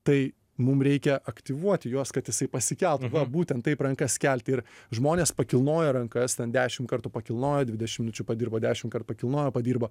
tai mum reikia aktyvuoti juos kad jisai pasikeltų va būtent taip rankas kelti ir žmonės pakilnoja rankas ten dešim kartų pakilnojo dvidešim minučių padirbo dešim kart pakilnojo padirbo